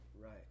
Right